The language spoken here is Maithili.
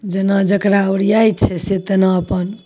जेना जकरा ओरिआइ छै से तेना अपन